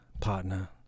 partner